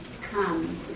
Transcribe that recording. come